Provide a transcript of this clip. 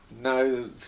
No